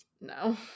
No